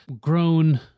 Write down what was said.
grown